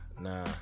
nah